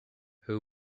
who